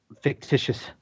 fictitious